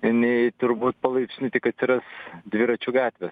nei turbūt palaipsniui tik atsiras dviračių gatvės